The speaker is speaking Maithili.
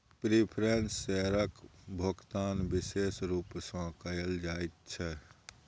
प्रिफरेंस शेयरक भोकतान बिशेष रुप सँ कयल जाइत छै